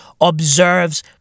observes